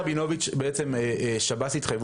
בבג"ץ רבינוביץ' שירות בתי הסוהר התחייב